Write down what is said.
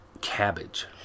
cabbage